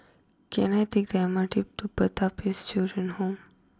can I take the M R T to Pertapis Children Home